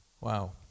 Wow